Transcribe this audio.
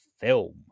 film